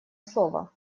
слово